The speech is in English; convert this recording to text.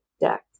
deck